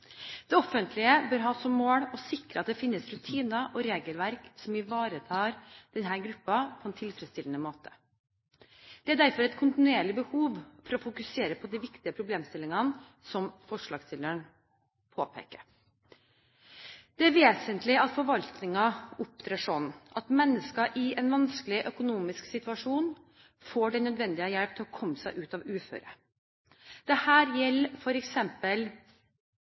Det offentlige bør ha som mål å sikre at det finnes rutiner og regelverk som ivaretar denne gruppen på en tilfredsstillende måte. Det er derfor et kontinuerlig behov for å fokusere på de viktige problemstillingene som forslagsstillerne påpeker. Det er vesentlig at forvaltningen opptrer sånn at mennesker i en vanskelig økonomisk situasjon får den nødvendige hjelp til å komme seg ut av uføret. Dette gjelder